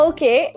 Okay